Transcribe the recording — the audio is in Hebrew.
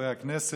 חברי הכנסת,